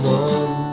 one